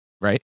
Right